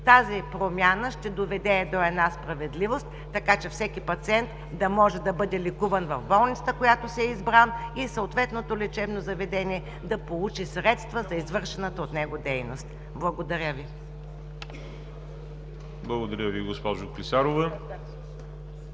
Тази промяна ще доведе до справедливост, така че всеки пациент да може да бъде лекуван в болницата, която си е избрал, и съответното лечебно заведение да получи средства за извършената от него дейност. Благодаря Ви. ПРЕДСЕДАТЕЛ ВАЛЕРИ ЖАБЛЯНОВ: